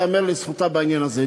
ייאמר לזכותה בעניין הזה,